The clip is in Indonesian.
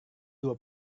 dua